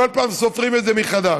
כל פעם סופרים את זה מחדש.